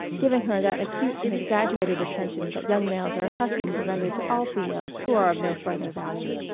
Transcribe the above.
giving her that acute and exaggerated attention that young males are accustomed to render to all females who are of no further value.